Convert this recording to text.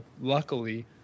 luckily